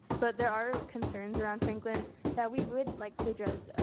but there are concerns around franklin that we would like to address